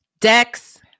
Dex